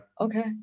Okay